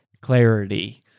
Clarity